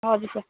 हजुर सर